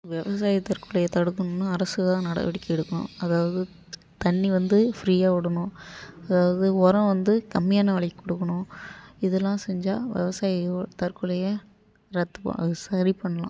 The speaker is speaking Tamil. விவசாய தற்கொலையை தடுக்கனுன்னா அரசுதான் நடவடிக்கை எடுக்கணும் அதாவது தண்ணி வந்து ஃபிரீயாக ஓடணும் அதாவது உரம் வந்து கம்மியான விலைக்கு கொடுக்குணும் இதுல்லாம் செஞ்சால் விவசாயி தற்கொலையை ரத்து சரி பண்ணலாம்